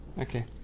Okay